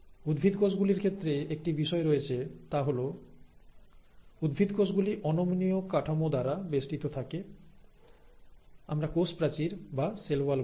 উদ্ভিদ কোষ গুলির ক্ষেত্রে একটি বিষয় রয়েছে তা হল উদ্ভিদ কোষ গুলি অনমনীয় কাঠামোর দ্বারা বেষ্টিত থাকে আমরা কোষ প্রাচীর বা সেল ওয়াল বলি